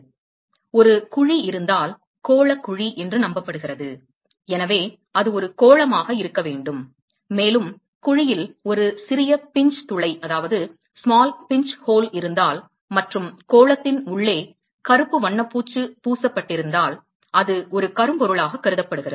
எனவே ஒரு குழி இருந்தால் கோளக் குழி என்று நம்பப்படுகிறது எனவே அது ஒரு கோளமாக இருக்க வேண்டும் மேலும் குழியில் ஒரு சிறிய பிஞ்ச் துளை இருந்தால் மற்றும் கோளத்தின் உள்ளே கருப்பு வண்ணப்பூச்சு பூசப்பட்டிருந்தால் அது ஒரு கரும்பொருளாக கருதப்படுகிறது